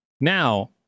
now